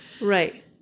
Right